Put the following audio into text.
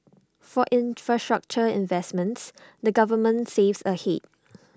for infrastructure investments the government saves ahead